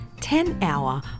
ten-hour